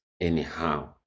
anyhow